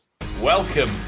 welcome